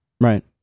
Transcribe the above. Right